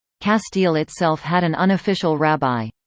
castile itself had an unofficial rabbi.